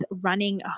running